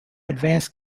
advanced